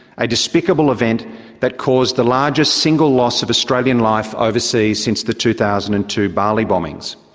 a despicable event that caused the largest single loss of australian life overseas since the two thousand and two bali bombings.